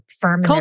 firm